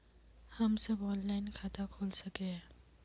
हम सब ऑनलाइन खाता खोल सके है?